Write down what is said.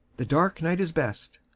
the dark night is best.